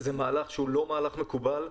זה מהלך שהוא לא מהלך מקובל,